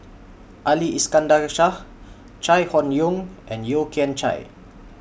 Ali Iskandar Shah Chai Hon Yoong and Yeo Kian Chai